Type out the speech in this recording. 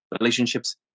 relationships